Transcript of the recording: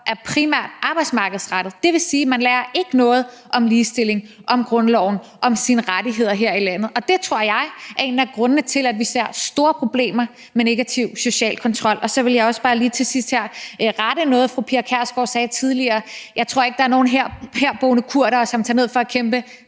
for primært er arbejdsmarkedsrettet. Det vil sige, at man ikke lærer noget om ligestilling, om grundloven og om sine rettigheder her i landet, og det tror jeg er en af grundene til, at vi ser store problemer med negativ social kontrol. Så vil jeg også bare lige her til sidst rette noget, fru Pia Kjærsgaard sagde tidligere: Jeg tror ikke, der er nogen herboende kurdere, som tager ned for at kæmpe